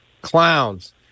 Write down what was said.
clowns